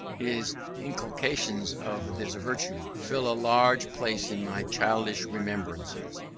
his inculcations of this virtue fill a large place in my childish remembrances.